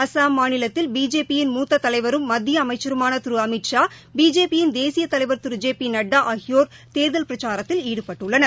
அஸ்ஸாம் மாநிலத்தில் பிஜேபி யின் மூத்ததலைவரும் மத்தியஅமைச்சருமானதிருஅமித்ஷா பிஜேபியின் தேசியதலைவர் திரு ஜெ பிநட்டாஆகியோர் தேர்தல் பிரச்சாரத்தில் ஈடுபட்டுள்ளனர்